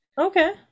Okay